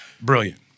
Brilliant